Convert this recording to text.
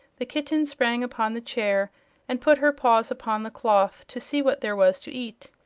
the kitten sprang upon the chair and put her paws upon the cloth to see what there was to eat.